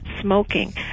smoking